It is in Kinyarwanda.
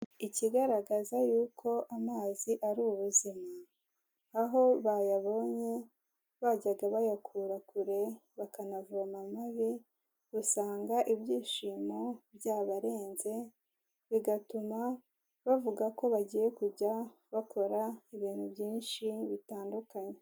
Ikigaragaza y'uko amazi ari ubuzima, aho bayabonye bajyaga bayakura kure, bakanavoma amabi, usanga ibyishimo byabarenze, bigatuma bavuga ko bagiye kujya bakora ibintu byinshi bitandukanye.